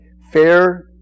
fair